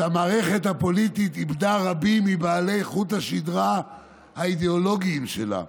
כשהמערכת הפוליטית איבדה רבים מבעלי חוט השדרה האידיאולוגיים שלה,